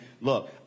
look